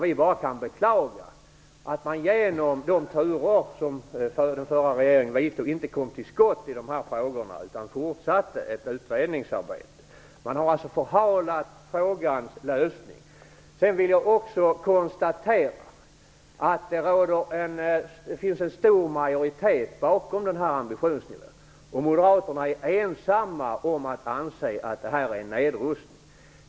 Vi kan bara beklaga att man genom de turer som den förra regeringen vidtog inte kom till skott i dessa frågor utan fortsatte utredningsarbetet. Man har förhalat frågans lösning. Jag vill också konstatera att det finns en stor majoritet bakom denna ambitionsnivå. Moderaterna är ensamma om att anse att det är en nedrustning.